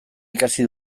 ikasi